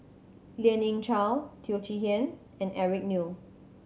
Lien Ying Chow Teo Chee Hean and Eric Neo